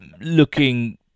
looking